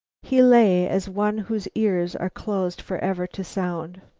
he lay as one whose ears are closed forever to sound.